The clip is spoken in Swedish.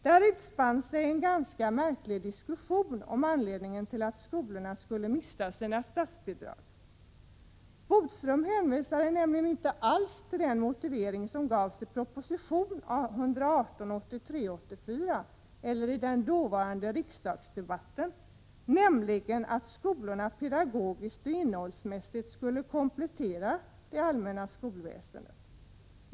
Där utspann sig en ganska märklig diskussion om anledningen till att skolorna skulle mista sina statsbidrag. Bodström hänvisade nämligen inte alls till den motivering som gavs i propositionen 1983/84:118 eller i den dåvarande riksdagsdebatten, nämligen att skolorna pedagogiskt och innehållsmässigt skulle komplettera det allmänna skolväsendet.